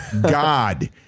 God